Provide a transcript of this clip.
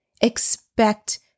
Expect